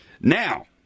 Now